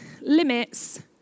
limits